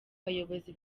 bayobozi